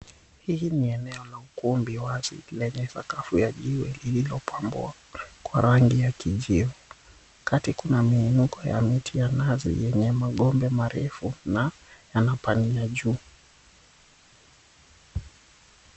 Hii ni eneo la ukumbi wazi lenye sakafu ya jiwe lililopambwa kwa kwa rangi ya kijivu. Kati kuna miinuko ya miti ya nazi yenye magomba marefu na yanapania juu.